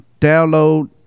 download